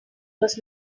was